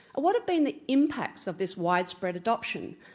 what have been the impacts of this widespread adoption?